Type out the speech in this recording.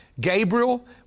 Gabriel